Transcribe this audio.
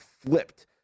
flipped